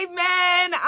Amen